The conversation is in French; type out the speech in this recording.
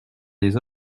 des